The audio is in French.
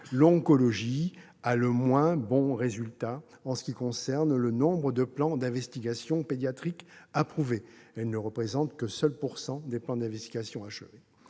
L'oncologie a les moins bons résultats en ce qui concerne le nombre de plans d'investigation pédiatrique approuvés, ne représentant que 7 % des plans d'investigation achevés.